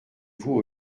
vous